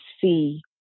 see